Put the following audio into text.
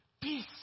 peace